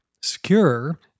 secure